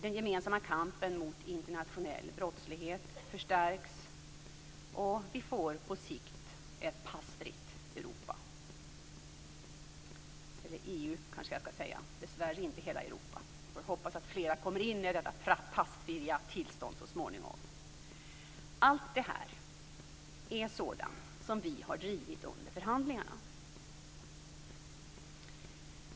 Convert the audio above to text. Den gemensamma kampen mot internationell brottslighet förstärks, och vi får på sikt ett passfritt Europa. Eller jag kanske skall säga ett passfritt EU - dessvärre gäller det inte hela Europa. Vi får hoppas att fler kommer in i detta passfria tillstånd så småningom. Allt det här är sådant som vi har drivit under förhandlingarna.